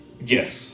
Yes